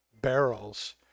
barrels